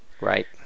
Right